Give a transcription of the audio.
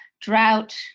drought